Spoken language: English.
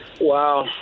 Wow